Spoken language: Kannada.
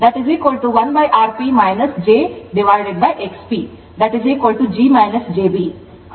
ಆದ್ದರಿಂದ I V g jVb ಆಗುತ್ತದೆ